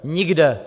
Nikde!